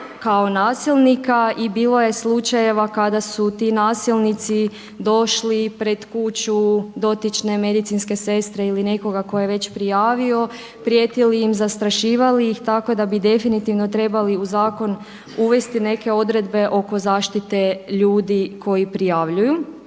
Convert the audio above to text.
kao nasilnika. I bilo je slučajeva kada su ti nasilnici došli pred kuću dotične medicinske sestre ili nekoga tko je već prijavio, prijetili im, zastrašivali ih tako da bi definitivno trebali u zakon uvesti neke odredbe oko zaštite ljudi koji prijavljuju.